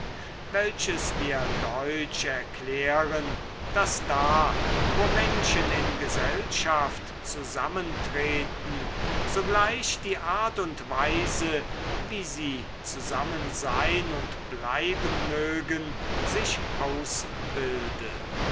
welches wir deutsch erklären daß da wo menschen in gesellschaft zusammentreten sogleich die art und weise wie sie zusammen sein und bleiben mögen sich ausbilde